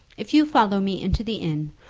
if you follow me into the inn,